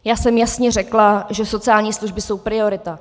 Já jsem jasně řekla, že sociální služby jsou priorita.